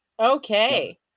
Okay